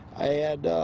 i had